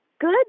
good